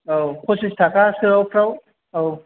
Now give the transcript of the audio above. औ फसिस थाखा सोयाव फ्राव औ